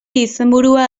izenburua